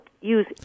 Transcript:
use